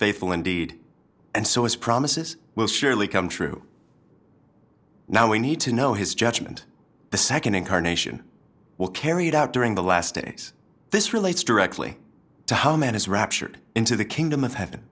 faithful indeed and so his promises will surely come true now we need to know his judgment the nd incarnation will carry it out during the last days this relates directly to how man is raptured into the kingdom of heaven